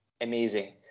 amazing